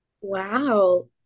Wow